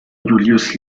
julius